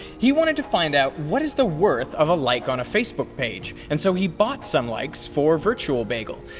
he wanted to find out what is the worth of a like on a facebook page, and so he bought some likes for virtual bagel.